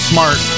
Smart